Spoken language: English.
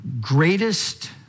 greatest